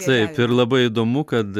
taip ir labai įdomu kad